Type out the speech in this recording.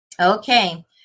Okay